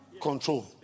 control